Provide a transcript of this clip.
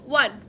one